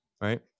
Right